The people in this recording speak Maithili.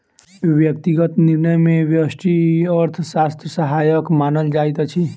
व्यक्तिगत निर्णय मे व्यष्टि अर्थशास्त्र सहायक मानल जाइत अछि